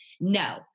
No